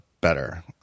better